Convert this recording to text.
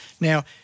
Now